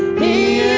he